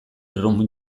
room